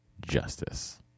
Justice